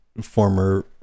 former